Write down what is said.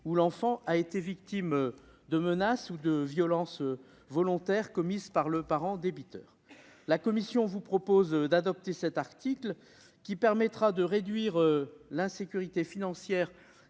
ou l'enfant a été victime de menaces ou de violences volontaires commises par le parent débiteur. La commission vous propose, mes chers collègues, d'adopter cet article, qui permettra de réduire l'insécurité financière